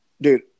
Dude